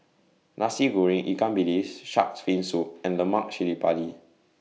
Nasi Goreng Ikan Bilis Shark's Fin Soup and Lemak Cili Padi